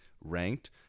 ranked